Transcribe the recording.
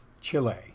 Chile